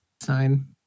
sign